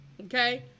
Okay